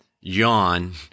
yawn